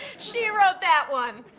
she wrote that one.